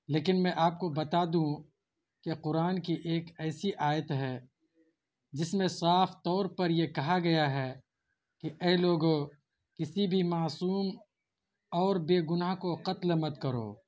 لیکن میں آپ کو بتا دوں کہ قرآن کی ایک ایسی آیت ہے جس میں صاف طور پر یہ کہا گیا ہے کہ اے لوگوں کسی بھی معصوم اور بے گناہ کو قتل مت کرو